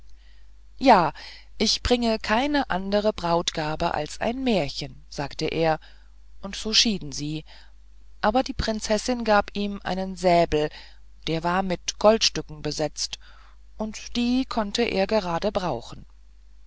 ja ich bringe keine andere brautgabe als ein märchen sagte er und so schieden sie aber die prinzessin gab ihm einen säbel der war mit goldstücken besetzt und die konnte er gerade